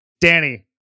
Danny